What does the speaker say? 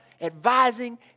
advising